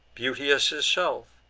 beauteous herself,